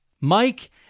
mike